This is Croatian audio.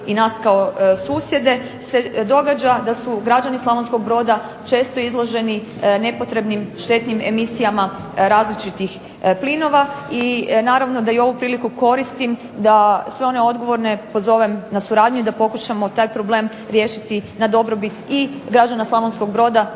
i nas kao susjede se događa da su građani Slavonskog Broda često izloženi nepotrebnim štetnim emisijama različitih plinova. I naravno da i ovu priliku koristim da sve one odgovorne pozovem na suradnju i da pokušamo taj problem riješiti na dobrobit i građana Slavonskog Broda,